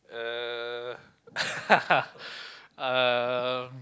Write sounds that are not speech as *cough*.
uh *laughs* um